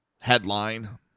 headline